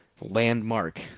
landmark